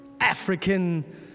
African